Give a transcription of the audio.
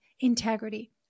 integrity